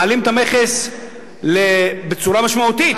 מעלים את המכס בצורה משמעותית.